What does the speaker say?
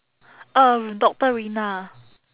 um doctor rina ah